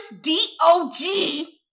D-O-G